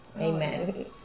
amen